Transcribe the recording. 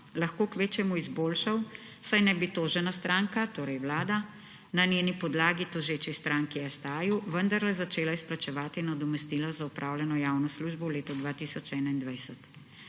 lahko kvečjemu izboljšal, saj ne bi tožena stranka, torej vlada na njeni podlagi tožeči stranki STA vendarle začela izplačevati nadomestila za opravljeno javno službo v letu 2021.